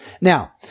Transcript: Now